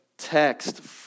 text